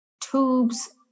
tubes